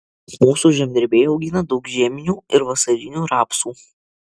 mūsų žemdirbiai augina daug žieminių ir vasarinių rapsų